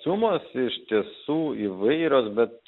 sumos iš tiesų įvairios bet